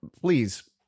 please